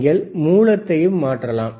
நீங்கள் மூலத்தையும் மாற்றலாம்